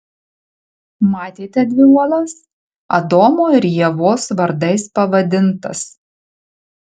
matėte dvi uolas adomo ir ievos vardais pavadintas